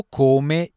come